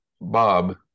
bob